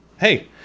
Hey